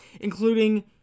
including